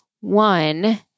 one